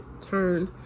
turn